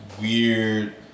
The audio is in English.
weird